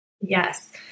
Yes